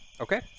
Okay